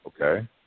Okay